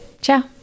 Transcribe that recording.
Ciao